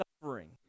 suffering